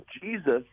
Jesus